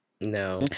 No